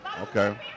Okay